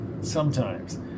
Sometimes